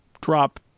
drop